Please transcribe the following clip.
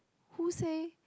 who say